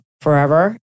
forever